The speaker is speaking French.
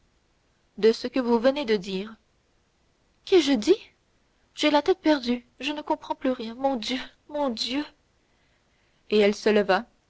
de ce que vous venez de dire qu'ai-je dit j'ai la tête perdue je ne comprends plus rien mon dieu mon dieu et elle se leva